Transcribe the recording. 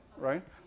right